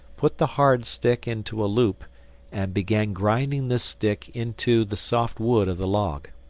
put the hard stick into a loop and began grinding this stick into the soft wood of the log.